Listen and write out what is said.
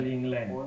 England